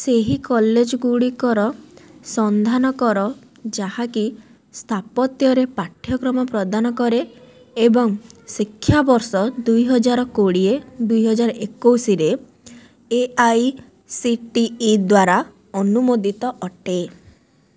ସେହି କଲେଜଗୁଡ଼ିକର ସନ୍ଧାନ କର ଯାହାକି ସ୍ଥାପତ୍ୟରେ ପାଠ୍ୟକ୍ରମ ପ୍ରଦାନ କରେ ଏବଂ ଶିକ୍ଷାବର୍ଷ ଦୁଇହାଜରେ କୋଡ଼ିଏ ଦୁଇହାଜରେ ଏକୋଇଶିରେ A I C T E ଦ୍ଵାରା ଅନୁମୋଦିତ ଅଟେ